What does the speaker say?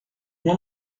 uma